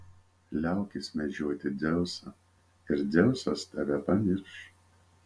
liaukis mėgdžioti dzeusą ir dzeusas tave pamirš